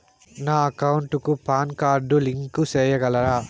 నా అకౌంట్ కు PAN card link సేయగలరా?